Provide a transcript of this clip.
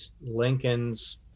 Lincoln's